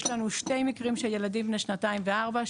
יש לנו שני מקרים של ילדים בני שנתיים וארבע,